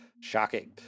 Shocking